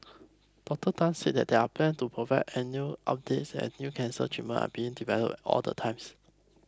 Doctor Tan said that there are plans to provide annual updates as new cancer treatments are being developed all the times